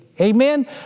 Amen